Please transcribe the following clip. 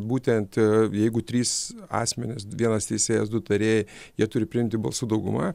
būtent jeigu trys asmenys vienas teisėjas du tarėjai jie turi priimti balsų dauguma